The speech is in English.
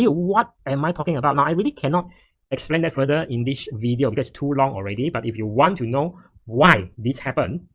what am i talking about now? i really cannot explain that further in this video that's too long already but if you want to know why this happened,